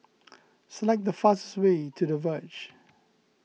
select the fastest way to the Verge